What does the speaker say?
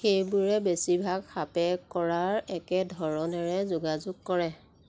সেইবোৰে বেছিভাগ সাপে কৰাৰ একে ধৰণেৰে যোগাযোগ কৰে